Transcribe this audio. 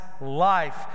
life